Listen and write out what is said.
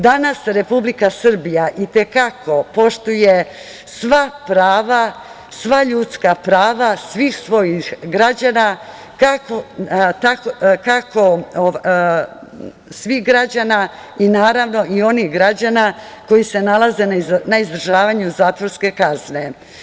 Danas Republika Srbija i te kako poštuje sva prava, sva ljudska prava svih svojih građana kako svih građana i naravno i onih građana koji se nalaze na izdržavanju zatvorske kazne.